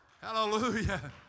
Hallelujah